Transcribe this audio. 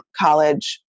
college